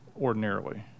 ordinarily